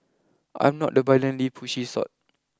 I'm not the violently pushy sort